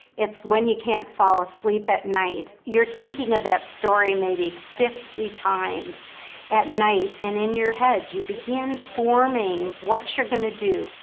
it's when you can't fall asleep at night, you're thinking of that story maybe fifty times at night and in your head you begin forming what you're going to do.